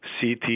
CT